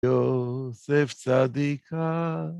יוסף צדיקה